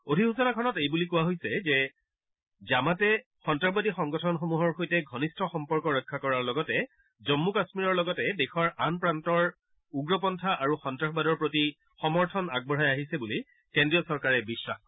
অধিসূচনাখনত এই বুলি কোৱা হৈছে যে জামাতে সন্তাসবাদী সংগঠনসমূহৰ সৈতে ঘনিষ্ঠ সম্পৰ্ক ৰক্ষা কৰাৰ লগতে জম্মু কাম্মীৰৰ লগতে দেশৰ আন প্ৰান্তৰ উগ্ৰবাদ আৰু সন্তাসবাদৰ প্ৰতি সমৰ্থন আগবঢ়াই আহিছে বুলি কেন্দ্ৰীয় চৰকাৰে বিশ্বাস কৰে